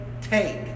take